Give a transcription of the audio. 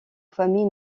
familles